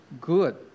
good